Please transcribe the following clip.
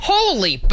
Holy